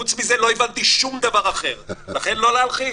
חוץ מזה, לא הבנתי שום דבר אחר, לכן לא להלחיץ.